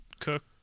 cook